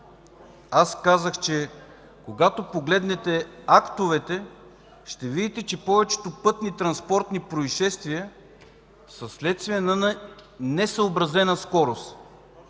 Аз казах, че когато погледнете актовете, ще видите, че повечето пътнотранспортни произшествия са следствие на несъобразена скорост.